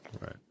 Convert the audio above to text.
Right